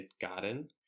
garden